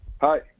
Hi